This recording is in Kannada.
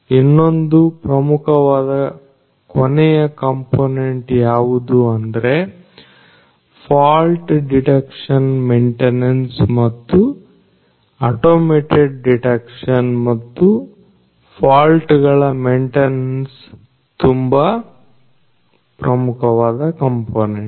ಇನ್ನೊಂದು ಪ್ರಮುಖವಾದ ಕೊನೆಯ ಕಂಪೋನೆಂಟ್ ಯಾವುದು ಅಂದ್ರೆ ಫಾಲ್ಟ್ ಡಿಟೆಕ್ಷನ್ ಮೆಂಟೇನೆನ್ಸ್ ಮತ್ತು ಆಟೋಮೇಟೆಡ್ ಡಿಟೆಕ್ಷನ್ ಮತ್ತು ಫಾಲ್ಟ್ ಗಳ ಮೆಂಟೇನೆನ್ಸ್ ತುಂಬಾ ಪ್ರಮುಖವಾದ ಕಂಪೋನೆಂಟ್